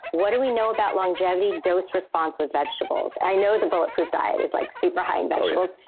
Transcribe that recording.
what do we know about longevity dose response with vegetables? i know the bulletproof diet is like super-high in vegetables.